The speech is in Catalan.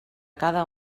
cada